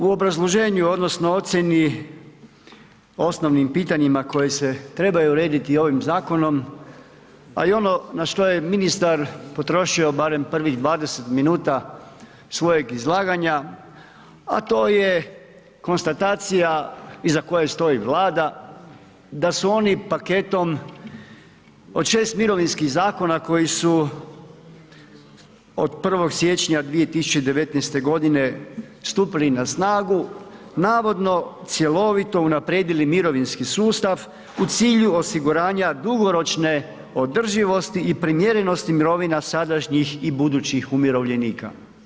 U obrazloženju odnosno u ocjeni o osnovnim pitanjima koje se trebaju urediti ovim zakonom, a i ono na što je ministar potrošio barem prvih 20 minuta svojeg izlaganja, a to je konstatacija iza koje stoji Vlada da su oni paketom od šest mirovinskih zakona koji su od 1. siječnja 2019. godine stupili na snagu navodno cjelovito unaprijedili mirovinski sustav u cilju osiguranja dugoročne održivosti i primjerenosti mirovina sadašnjih i budućih umirovljenika.